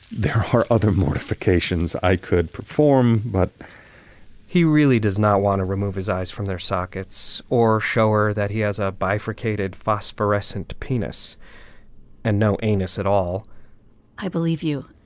there are other modifications i could perform, but he really does not want to remove his eyes from their sockets or shower that he has a bifurcated phosphorescent penis and no anus at all i believe you.